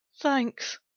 thanks